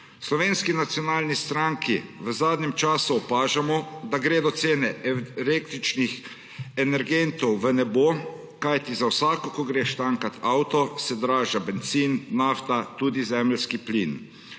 Slovenski nacionalni strani v zadnjem času opažamo, da gredo cene električnih energentov v nebo, kajti za vsakič, ko greš tankat avto, se draži bencin, nafta, tudi zemeljski plin.